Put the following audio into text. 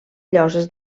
lloses